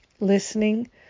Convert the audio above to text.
listening